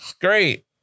great